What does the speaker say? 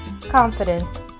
confidence